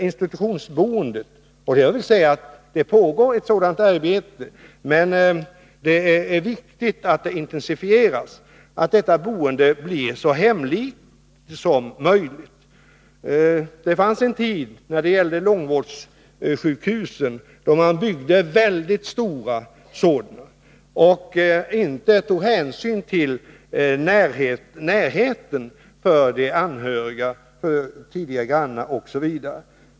Det pågår ett arbete på det här området, men det är viktigt att det intensifieras så att institutionsboendet blir så hemlikt som möjligt. Det fanns en tid då man byggde väldigt stora långvårdssjukhus och då man inte tog hänsyn till de äldres behov av närhet till anhöriga, tidigare grannar osv.